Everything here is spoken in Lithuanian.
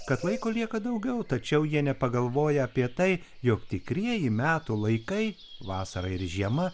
kad laiko lieka daugiau tačiau jie nepagalvoja apie tai jog tikrieji metų laikai vasara ir žiema